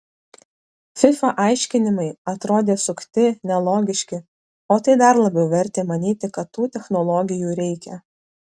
fifa aiškinimai atrodė sukti nelogiški o tai dar labiau vertė manyti kad tų technologijų reikia